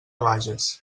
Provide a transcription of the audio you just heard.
bages